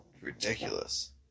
ridiculous